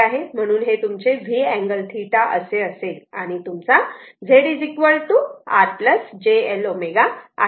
म्हणून हे तुमचे v अँगल θ असे असेल आणि तुमचा Z R j L ω आहे